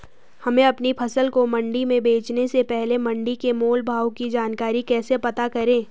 हमें अपनी फसल को मंडी में बेचने से पहले मंडी के मोल भाव की जानकारी कैसे पता करें?